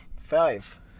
Five